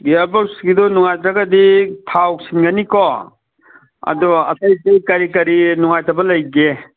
gear ꯕꯣꯛꯁꯀꯤꯗꯣ ꯅꯨꯡꯉꯥꯏꯇ꯭ꯔꯒꯗꯤ ꯊꯥꯎ ꯁꯤꯟꯒꯅꯤꯀꯣ ꯑꯗꯣ ꯑꯇꯩ ꯑꯇꯩ ꯀꯔꯤ ꯀꯔꯤ ꯅꯨꯡꯉꯥꯏꯇꯕ ꯂꯩꯒꯦ